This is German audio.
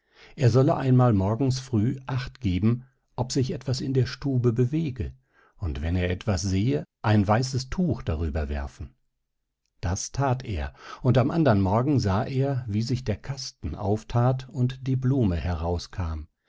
er solle einmal morgens früh acht geben ob sich etwas in der stube bewege und wenn er etwas sehe ein weißes tuch darüber werfen das that er und am andern morgen sah er wie sich der kasten aufthat und die blume herauskam